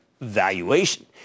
valuation